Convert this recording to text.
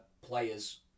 players